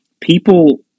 people